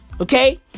Okay